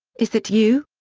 is that you?